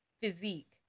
physique